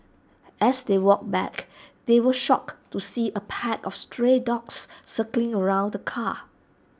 as they walked back they were shocked to see A pack of stray dogs circling around the car